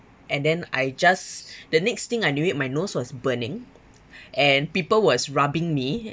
and then I just the next thing I knew it my nose was burning and people was rubbing me